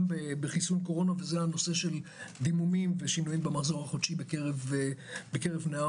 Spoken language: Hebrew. בחיסון קורונה וזה דימומים ושינויים במחזור החודשי בקרב נערות.